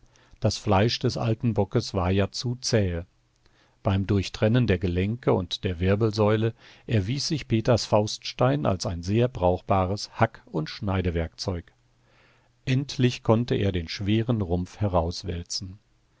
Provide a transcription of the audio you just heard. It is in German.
das fleisch des alten bockes war ja zu zähe beim durchtrennen der gelenke und der wirbelsäule erwies sich peters fauststein als ein sehr brauchbares hack und schneidewerkzeug endlich konnte er den schweren rumpf